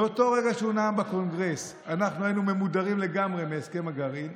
מאותו רגע שהוא נאם בקונגרס אנחנו היינו ממודרים לגמרי מהסכם הגרעין.